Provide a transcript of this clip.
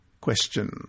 Question